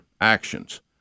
actions